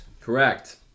correct